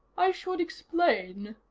i should explain,